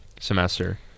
semester